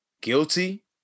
guilty